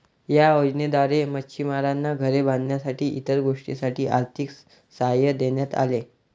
या योजनेद्वारे मच्छिमारांना घरे बांधण्यासाठी इतर गोष्टींसाठी आर्थिक सहाय्य देण्यात आले